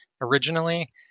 originally